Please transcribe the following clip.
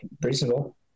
reasonable